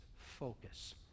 focus